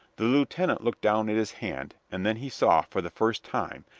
the lieutenant looked down at his hand, and then he saw, for the first time,